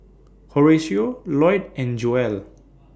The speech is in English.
Horacio Loyd and Joelle